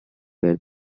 where